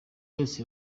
yose